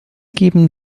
geben